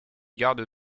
garde